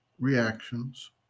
reactions